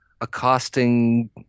accosting